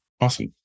Awesome